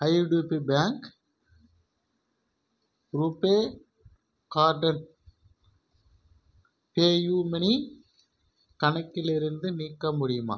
ITP bank RuPay கார்டட் PayUMoney கணக்கிலிருந்து நீக்க முடியுமா